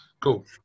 Cool